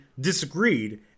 disagreed